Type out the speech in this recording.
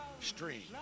stream